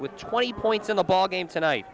with twenty points in the ballgame tonight